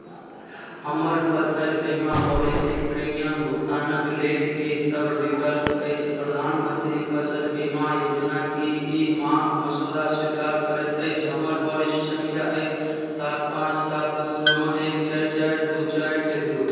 हमर फसल बीमा पॉलिसीक प्रीमियम भुगतानक लेल कीसभ विकल्प अछि प्रधानमन्त्री फसल बीमा योजना की ई माङ्ग मसोधा स्वीकार करैत अछि हमर पॉलिसी सङ्ख्या अछि सात पाँच सात दू नओ एक चारि चारि दू चारि एक दू